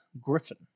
Griffin